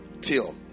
till